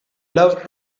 loved